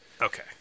Okay